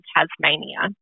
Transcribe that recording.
Tasmania